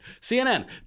CNN